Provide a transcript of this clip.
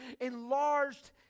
enlarged